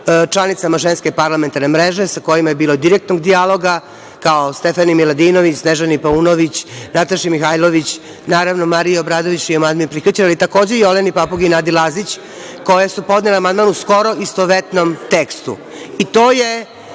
članicama Ženske parlamentarne mreže sa kojima je bilo direktnog dijaloga, kao Stefani Miladinović, Snežani Paunović, Nataši Mihajlović, naravno Mariji Obradović, čiji amandman je i prihvaćen, ali takođe i Oleni Papugi, Nadi Lazić koje su podnele amandman u skoro istovetnom tekstu. To